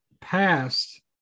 passed